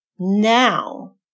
Now